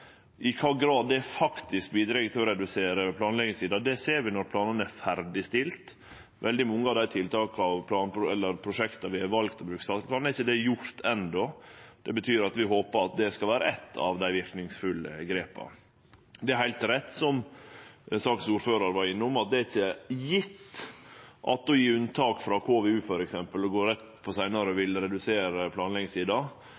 I kva grad det faktisk vil bidra til å redusere planleggingstida, ser vi når planane er ferdigstilte. Veldig mange av dei tiltaka og prosjekta der vi har vald å bruke statleg plan, er ikkje det enno. Det betyr at vi håpar det skal vere eitt av dei verknadsfulle grepa. Det er heilt rett som saksordføraren var innom, at det er ikkje sjølvsagt at det å gje unntak frå KVU f.eks. og gå rett på